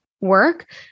work